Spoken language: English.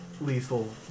lethal